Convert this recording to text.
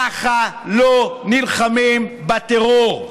ככה לא נלחמים בטרור.